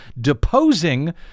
deposing